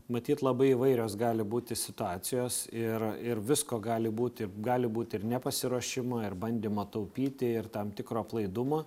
matyt labai įvairios gali būti situacijos ir ir visko gali būti gali būti ir nepasiruošimo ir bandymo taupyti ir tam tikro aplaidumo